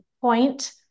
point